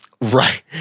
Right